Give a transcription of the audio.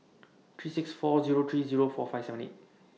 three six four Zero three Zero four five seven eight